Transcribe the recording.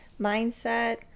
mindset